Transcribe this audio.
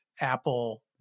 Apple